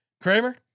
Kramer